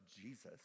Jesus